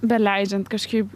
beleidžiant kažkaip